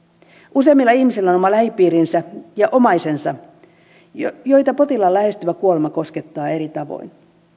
useimmilla ihmisillä on oma lähipiirinsä ja omaisensa joita potilaan lähestyvä kuolema koskettaa eri tavoin